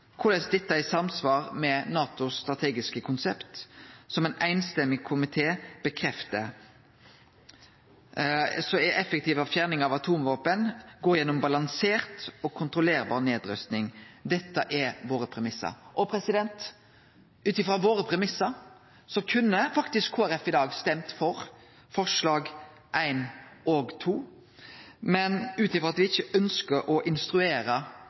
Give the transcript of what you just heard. korleis dette er i samsvar med NATOs strategiske konsept, som ein samrøystes komité bekreftar, som er at effektiv fjerning av atomvåpen går gjennom balansert og kontrollerbar nedrusting. Dette er våre premisser. Og ut frå våre premisser kunne faktisk Kristeleg Folkeparti i dag stemt for forslag 1 og 2, men ut frå at me ikkje ønskjer å